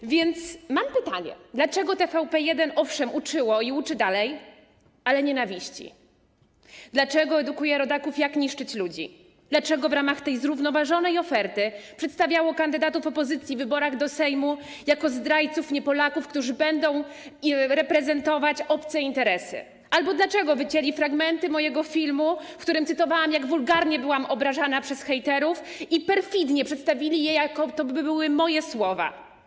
Mam więc pytanie: Dlaczego TVP1, owszem, uczyło i uczy dalej, ale nienawiści, dlaczego edukuje rodaków, jak niszczyć ludzi, dlaczego w ramach tej zrównoważonej oferty przedstawiało kandydatów opozycji w wyborach do Sejmu jako zdrajców, nie-Polaków, którzy będą reprezentować obce interesy, albo dlaczego wycięli fragmenty mojego filmu, w którym cytowałam, jak wulgarnie byłam obrażana przez hejterów, i perfidnie przedstawili je, jakby to były moje słowa?